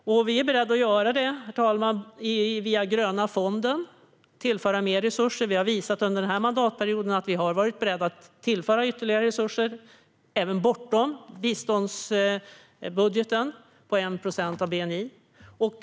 Det är vi beredda att göra genom att tillföra mer resurser till den gröna fonden. Vi har under den här mandatperioden visat att vi har varit beredda att tillföra ytterligare resurser, även bortom biståndsbudgeten, på 1 procent av bni.